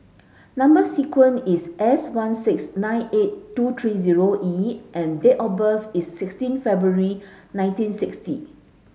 number sequence is S one six nine eight two three zero E and date of birth is sixteen February nineteen sixty